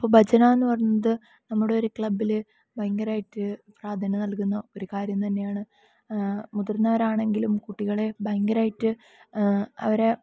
ഇപ്പോൾ ഭജന എന്നു പറയുന്നത് നമ്മുടൊരു ക്ലബ്ബിൽ ഭയങ്കരമായിട്ട് പ്രാധാന്യം നൽകുന്ന ഒരു കാര്യം തന്നെയാണ് മുതിർന്നവരാണെങ്കിലും കുട്ടികളെ ഭയങ്കരമായിട്ട് അവരെ